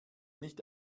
nicht